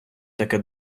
таке